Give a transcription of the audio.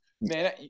man